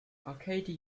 arcadia